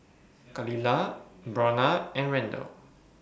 Khalilah Brionna and Randle